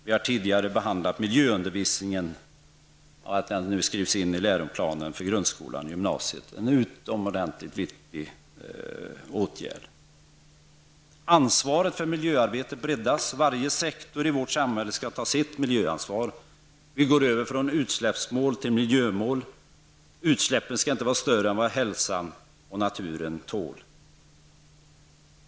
Vi har tidigare behandlat miljöundervisningen, och att den nu skrivs in i läroplanen för grundskolan och gymnasiet är en utomordentligt viktig åtgärd. Ansvaret för miljöarbetet breddas. Varje sektor i vårt samhälle skall ta sitt miljöansvar. Vi går över från utsläppsmål till miljömål. Utsläppen skall inte vara större än hälsan och naturen tål.